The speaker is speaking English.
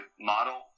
model